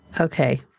Okay